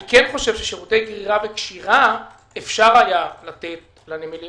אני כן חושב ששירותי גרירה וקשירה אפשר היה לתת לנמלים